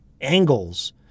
angles